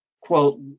quote